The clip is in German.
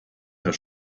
herr